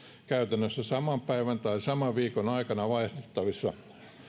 käytännössä saman päivän tai saman viikon aikana vaihdettavissa